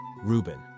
Reuben